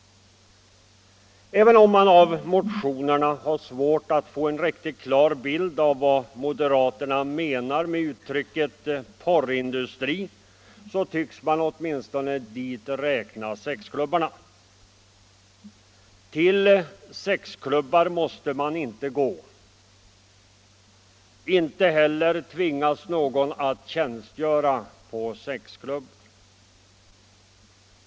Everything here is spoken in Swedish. Även om man av motionerna har svårt att få en riktigt klar bild av vad moderaterna menar med uttrycket ”porrindustrin” tycks man dit räkna sexklubbarna. Till sexklubbar måste man inte gå. Inte heller tvingas någon att tjänstgöra på sexklubbar.